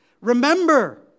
Remember